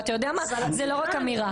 וזאת לא רק אמירה.